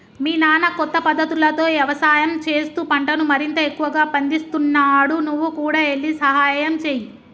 మీ నాన్న కొత్త పద్ధతులతో యవసాయం చేస్తూ పంటను మరింత ఎక్కువగా పందిస్తున్నాడు నువ్వు కూడా ఎల్లి సహాయంచేయి